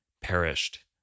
perished